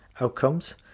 outcomes